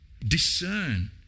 discern